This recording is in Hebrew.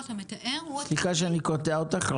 סליחה שאני קוטע אותך,